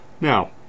Now